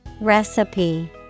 Recipe